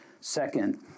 Second